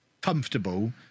comfortable